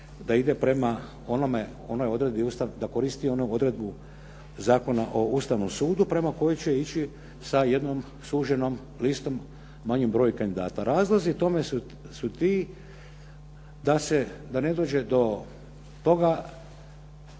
da koristi onu odredbu Zakona o Ustavnom sudu prema kojem će ići sa jednom suženom listom manjim brojem kandidata. Razlozi tome su ti da ne dođe do toga